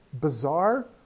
bizarre